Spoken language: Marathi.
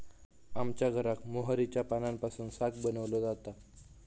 आमच्या घराक मोहरीच्या पानांपासून साग बनवलो जाता